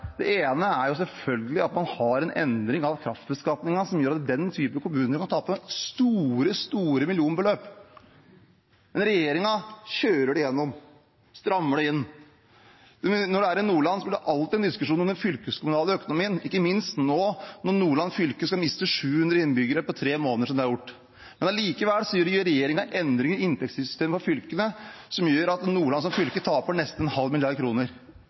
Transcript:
Det ene er selvfølgelig at man har en endring av kraftbeskatningen som gjør at den typen kommuner kan tape store millionbeløp. Men regjeringen kjører det gjennom og strammer inn. Når man er i Nordland, blir det alltid en diskusjon om den fylkeskommunale økonomien, ikke minst nå når Nordland fylke skal miste 700 innbyggere på tre måneder, som de nå gjør. Men likevel gjør regjeringen endringer i inntektssystemet for fylkene som gjør at Nordland som fylke taper nesten en halv milliard kroner,